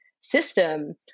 system